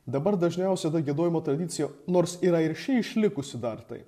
dabar dažniausia ta giedojimo tradicija nors yra ir ši išlikusi dar tai